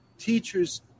Teachers